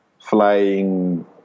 flying